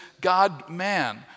God-man